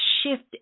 shift